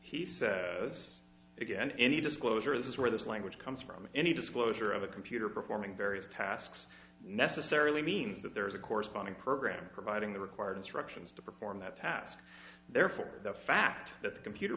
he says again any disclosure is where this language comes from any disclosure of a computer performing various tasks necessarily means that there is a corresponding program providing the required instructions to perform that task therefore the fact that the computer